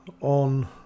on